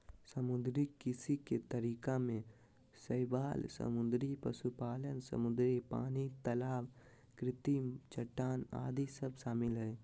समुद्री कृषि के तरीका में शैवाल समुद्री पशुपालन, समुद्री पानी, तलाब कृत्रिम चट्टान आदि सब शामिल हइ